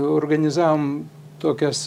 organizavom tokias